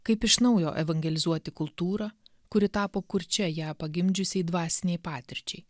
kaip iš naujo evangelizuoti kultūrą kuri tapo kurčia ją pagimdžiusiai dvasinei patirčiai